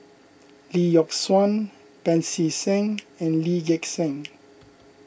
Lee Yock Suan Pancy Seng and Lee Gek Seng